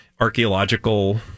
archaeological